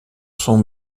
son